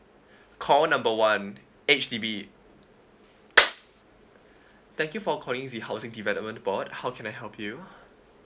call number one H_D_B thank you for calling the housing development board how can I help you